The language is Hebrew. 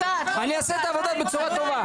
אני אעשה את העבודה בצורה טובה.